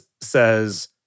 says